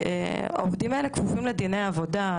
העובדים האלה כפופים לדיני עבודה.